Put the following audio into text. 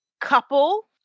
couple